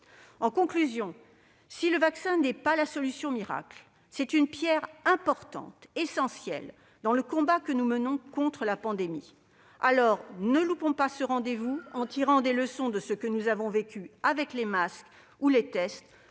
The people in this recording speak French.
En conclusion, si le vaccin n'est pas la solution miracle, c'est une pierre importante dans le combat que nous menons contre la pandémie. Aussi, ne manquons pas ce rendez-vous, mais tirons des leçons de ce que nous avons vécu avec les masques ou les tests